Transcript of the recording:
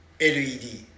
led